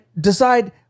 decide